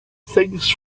things